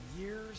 years